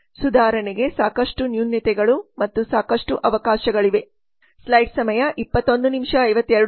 ಸುಧಾರಣೆಗೆ ಸಾಕಷ್ಟು ನ್ಯೂನತೆಗಳು ಮತ್ತು ಸಾಕಷ್ಟು ಅವಕಾಶಗಳಿವೆ